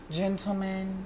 gentlemen